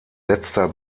letzter